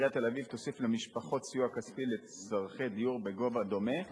עיריית תל-אביב תוסיף למשפחות סיוע כספי לצורכי דיור בגובה דומה,